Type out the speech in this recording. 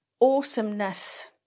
awesomeness